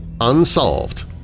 unsolved